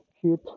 cute